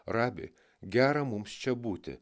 rabi gera mums čia būti